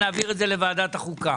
כמה תחנות כיבוי הוקמו במגזר הערבי?